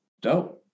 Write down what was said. Dope